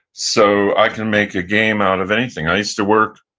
so i can make a game out of anything. i used to work